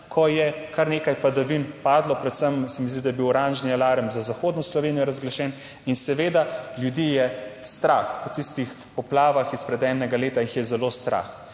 ko je kar nekaj padavin padlo, predvsem se mi zdi, da je bil oranžni alarm za zahodno Slovenijo razglašen in seveda ljudi je strah, po tistih poplavah izpred enega leta jih je zelo strah.